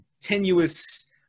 tenuous